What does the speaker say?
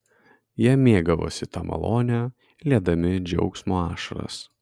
jie mėgavosi ta malone liedami džiaugsmo ašaras